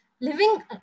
living